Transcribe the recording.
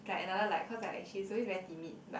like another like cause like she's always very timid but